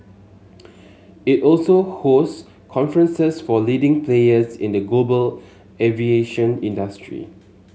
it also hosts conferences for leading players in the global aviation industry